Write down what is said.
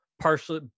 partially